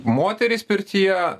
moterys pirtyje